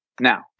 now